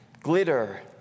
glitter